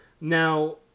Now